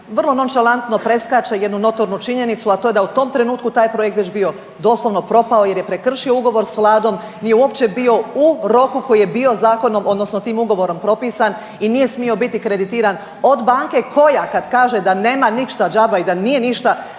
vrlo nonšalantno preskače jednu notornu činjenicu, a to je da je u tom trenutku taj projekt već bio doslovno propao jer je prekršio ugovor s vladom nije uopće bio u roku koji je bio zakonom odnosno tim ugovorom propisan i nije smio biti kreditiran od banke koja kad kaže nema ništa džaba i da nije ništa